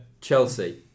Chelsea